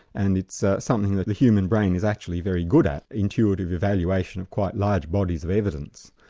and it's something that the human brain is actually very good at, intuitive evaluation of quite large bodies of evidence.